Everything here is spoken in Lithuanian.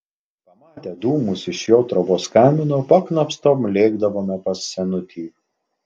pamatę dūmus iš jo trobos kamino paknopstom lėkdavome pas senutį